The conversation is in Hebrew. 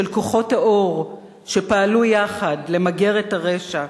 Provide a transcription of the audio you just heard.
של כוחות האור שפעלו יחד למגר את הרשע,